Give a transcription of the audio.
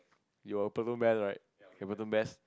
you were platoon best right you were platoon best